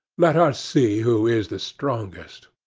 let us see who is the strongest.